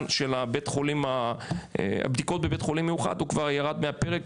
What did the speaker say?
בדיקות מיוחדות בבתי חולים כבר ירד מהפרק,